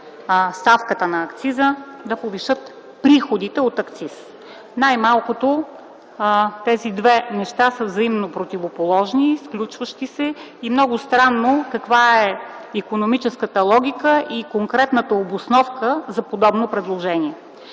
ставката на акциза да повишат приходите от акциз. Най-малкото тези две неща са взаимно противоположни, изключващи се, и много странно каква е икономическата логика и конкретната обосновка за подобно предложение.